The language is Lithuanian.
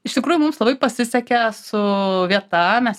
iš tikrųjų mums labai pasisekė su vieta mes